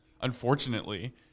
unfortunately